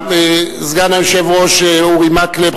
סגן היושב-ראש אורי מקלב,